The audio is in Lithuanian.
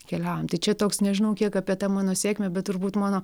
keliaujam tai čia toks nežinau kiek apie tą mano sėkmę bet turbūt mano